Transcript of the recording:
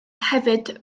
hefyd